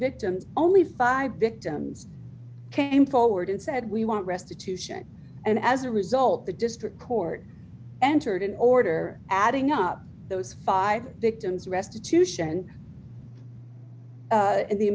victims only five victims came forward and said we want restitution and as a result the district court entered an order adding up those five victims restitution in the